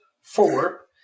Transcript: four